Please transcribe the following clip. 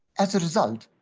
as a result,